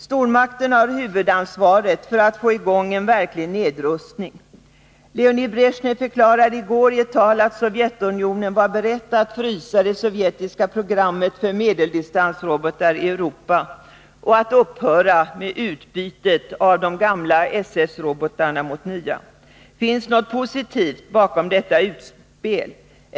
Stormakterna har huvudansvaret för att få i gång en verklig nedrustning. Leonid Bresjnev förklarade i går i ett tal att Sovjetunionen var beredd att frysa det sovjetiska programmet för medeldistansrobotar i Europa och att upphöra med utbytet av de gamla SS-robotarna mot nya. Finns något positivt bakom detta utspel?